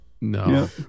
No